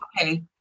okay